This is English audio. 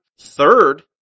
third